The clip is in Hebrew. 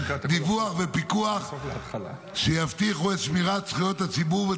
דיווח ופיקוח שיבטיחו את שמירת זכויות הציבור ואת